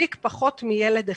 הדביק פחות מילד אחד.